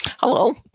Hello